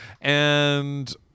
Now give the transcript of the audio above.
And-